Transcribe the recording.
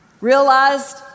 realized